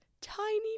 tiny